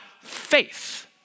faith